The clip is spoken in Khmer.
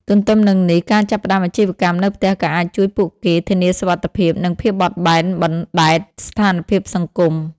ទន្ទឹមនឹងនេះ ការចាប់ផ្តើមអាជីវកម្មនៅផ្ទះក៏អាចជួយពួកគេធានាសុវត្ថិភាព និងភាពបត់បែនបណ្តែតស្ថានភាពសង្គម។